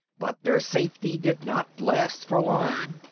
but their safety did not last for long.